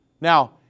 Now